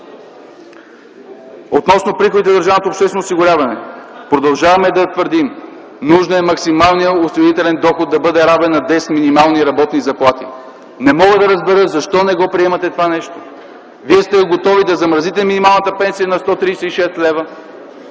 Относно приходите в държавното обществено осигуряване. Продължаваме да твърдим: нужно е максималният осигурителен доход да бъде равен на 10 минимални работни заплати! Не мога да разбера защо не го приемате това нещо. Вие сте готови да замразите минималната пенсия на 136 лв.,